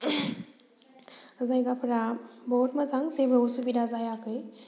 जायगाफोरा बहुत मोजां जेबो असुबिदा जायाखै